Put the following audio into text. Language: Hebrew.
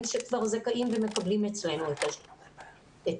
שכבר זכאים ומקבלים אצלנו את השירות,